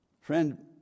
Friend